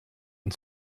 and